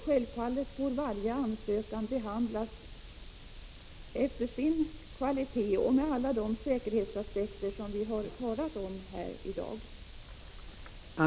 Självfallet får varje ansökan behandlas efter sin kvalitet och med hänsyn tagen till alla de säkerhetsaspekter som vi här i dag har talat om.